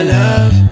love